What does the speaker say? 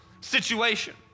situation